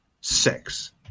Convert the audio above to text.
sex